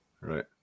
right